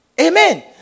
Amen